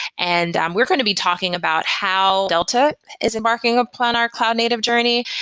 and um we're going to be talking about how delta is a marketing ah planar cloud native journey.